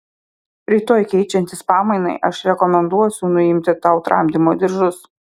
rytoj keičiantis pamainai aš rekomenduosiu nuimti tau tramdymo diržus